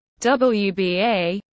WBA